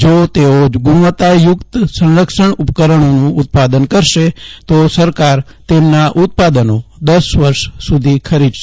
જો તેઓ ગુણવત્તા યુક્ત સંરક્ષણ ઉપકરણોનું ઉત્પાદન કરશે તો સરકાર તેમના ઉત્પાદનો દશ વર્ષ સુધી ખરીદશે